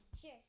Sure